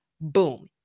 Boom